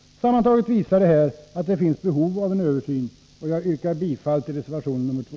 Sammantaget visar detta att det finns behov av en översyn, och jag yrkar bifall till reservation 2.